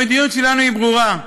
המדיניות שלנו היא ברורה: